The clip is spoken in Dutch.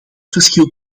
verschil